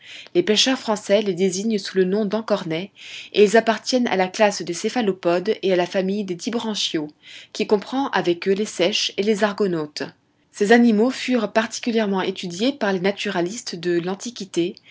les pêcheurs français les désignent sous le nom d'encornets et ils appartiennent à la classe des céphalopodes et à la famille des dibranchiaux qui comprend avec eux les seiches et les argonautes ces animaux furent particulièrement étudiés par les naturalistes de l'antiquité